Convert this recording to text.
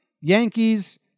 Yankees